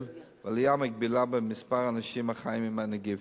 ועלייה מקבילה במספר האנשים החיים עם הנגיף.